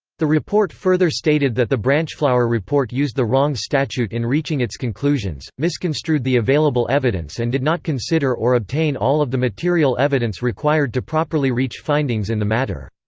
the report further stated that the branchflower report used the wrong statute in reaching its conclusions, misconstrued the available evidence and did not consider or obtain all of the material evidence required to properly reach findings in the matter.